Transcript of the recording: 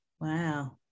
wow